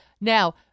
Now